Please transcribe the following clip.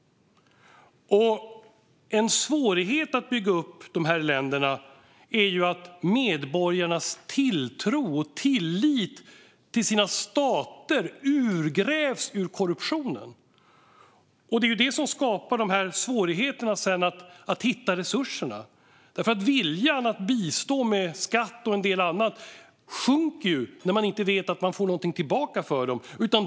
En svårighet i att bygga upp dessa länder är att medborgarnas tilltro och tillit till sina stater urgrävs av korruptionen. Detta skapar sedan svårigheter att hitta resurser. Viljan att bistå med skatt och en del annat sjunker när man inte vet att man får något tillbaka.